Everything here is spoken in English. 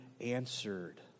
answered